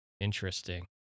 Interesting